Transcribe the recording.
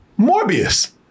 Morbius